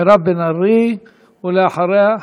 מירב בן ארי, ואחריה,